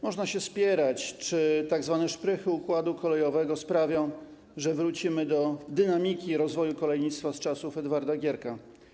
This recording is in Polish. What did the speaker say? Można się spierać, czy tzw. szprychy układu kolejowego sprawią, że wrócimy do dynamiki i rozwoju kolejnictwa z czasów Edwarda Gierka.